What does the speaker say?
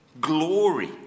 Glory